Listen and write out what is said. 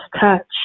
touch